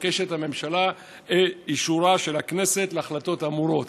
מבקשת הממשלה את אישורה של הכנסת להחלטות האמורות.